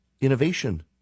innovation